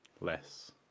less